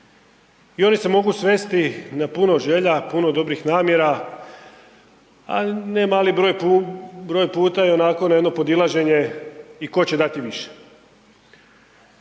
i oni se mogu svesti na puno želja, puno dobrih namjera, a nemali broj puta i onako na jedno podilaženje i tko će dati više.